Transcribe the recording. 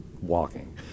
walking